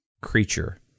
creature